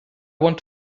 want